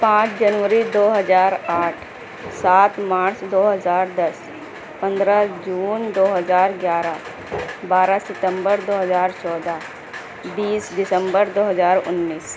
پانچ جنوری دو ہزار آٹھ سات مارچ دو ہزار دس پندرہ جون دو ہزار گیارہ بارہ ستمبر دو ہزار چودہ بیس دسمبر دو ہزار انیس